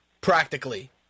Practically